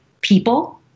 people